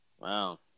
Wow